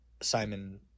Simon